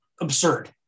absurd